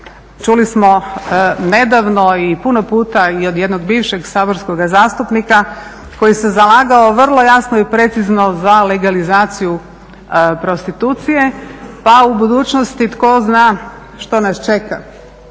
čuli smo nedavno i puno puta i od jednog bivšeg saborskoga zastupnika koji se zalagao vrlo jasno i precizno za legalizaciju prostitucije, pa u budućnosti tko zna što nas čeka.